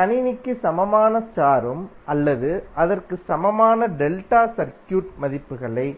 கணினிக்கு சமமான ஸ்டார் ம் அல்லது அதற்கு சமமான டெல்டா சர்க்யூட் மதிப்புகளை